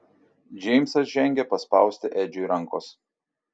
džeimsas žengė paspausti edžiui rankos